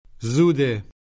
Zude